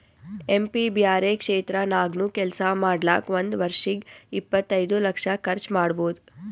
M P ಬ್ಯಾರೆ ಕ್ಷೇತ್ರ ನಾಗ್ನು ಕೆಲ್ಸಾ ಮಾಡ್ಲಾಕ್ ಒಂದ್ ವರ್ಷಿಗ್ ಇಪ್ಪತೈದು ಲಕ್ಷ ಕರ್ಚ್ ಮಾಡ್ಬೋದ್